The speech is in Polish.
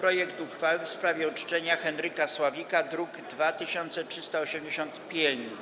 projekt uchwały w sprawie uczczenia Henryka Sławika (druk nr 2385)